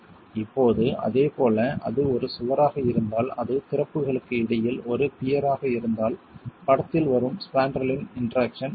இப்போது அதே போல அது ஒரு சுவராக இருந்தால் அது திறப்புகளுக்கு இடையில் ஒரு பியர் ஆக இருந்தால் படத்தில் வரும் ஸ்பான்ரலின் இன்டெராக்சன் உள்ளது